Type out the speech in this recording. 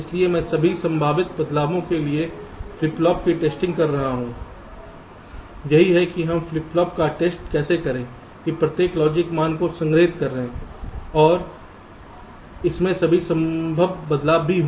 इसलिए मैं सभी संभावित बदलावों के लिए फ़्लॉप फ़्लॉप की टेस्टिंग कर रहा हूँ यही है कि हम फ्लिप फ्लॉप का टेस्ट कैसे करें की प्रत्येक लॉजिक मान को संग्रहीत करें और इसमें सभी संभव बदलाव भी हो